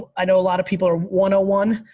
ah i know a lot of people are one o one,